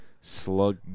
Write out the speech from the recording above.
slug